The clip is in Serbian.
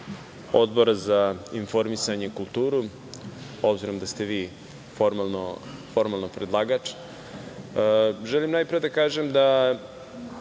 Odbora za informisanje i kulturu, obzirom da ste vi formalno predlagač, želim najpre da izrazim